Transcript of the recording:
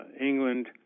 England